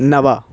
नव